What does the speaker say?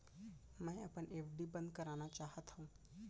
मै अपन एफ.डी बंद करना चाहात हव